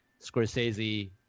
scorsese